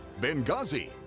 Benghazi